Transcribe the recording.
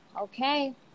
Okay